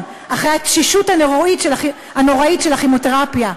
בתשישות הנוראית של אחרי הכימותרפיה.